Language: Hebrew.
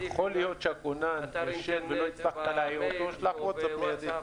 יכול להיות שהכונן ישן ולא הצלחת להעיר אותו שלח וואטסאפ מידי.